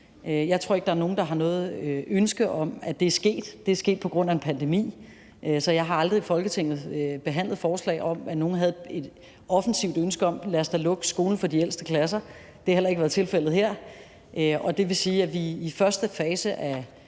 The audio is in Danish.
Jeg tror ikke, at der er nogen, der har haft noget ønske om, at det skulle ske. Det er sket på grund af en pandemi. Så jeg har aldrig i Folketinget behandlet forslag om, at nogen havde et offensivt ønske om at lukke skolen for de ældste klasser. Det har heller ikke været tilfældet her, og det vil sige, at vi i første fase af